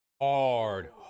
hard